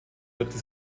wirkte